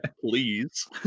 please